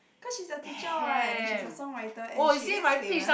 cause she's a teacher what and she's a song writer and she is famous